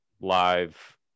live